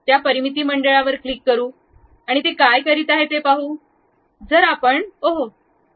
त्या परिमिती मंडळावर क्लिक करू आणि ते काय करीत आहे ते पाहू